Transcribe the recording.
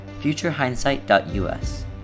futurehindsight.us